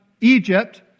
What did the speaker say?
Egypt